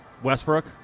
Westbrook